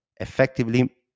effectively